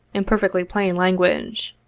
in per fectly plain language.